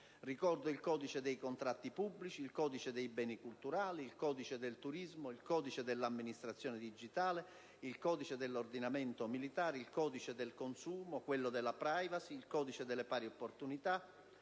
Ricordo il codice dei contratti pubblici, il codice dei beni culturali, il codice del turismo, il codice dell'amministrazione digitale, il codice dell'ordinamento militare, il codice del consumo, il codice della *privacy*, il codice delle pari opportunità.